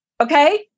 Okay